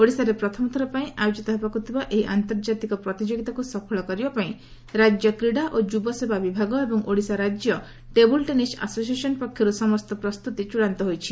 ଓଡ଼ିଶାରେ ପ୍ରଥମଥର ପାଇଁ ଆୟୋଜିତ ହେବାକୁ ଥିବା ଏହି ଆନ୍ତର୍ଜାତିକ ପ୍ରତିଯୋଗିତାକୁ ସଫଳ କରିବା ପାଇଁ ରାକ୍ୟ କ୍ରୀଡ଼ା ଓ ଯୁବସେବା ବିଭାଗ ଏବଂ ଓଡ଼ିଶା ରାକ୍ୟ ଟେବୁଲ୍ ଟେନିସ୍ ଆସୋସିଏସନ୍ ପକ୍ଷରୁ ସମସ୍ତ ପ୍ରସ୍ତୁତି ଚୂଡ଼ାନ୍ତ ହୋଇଛି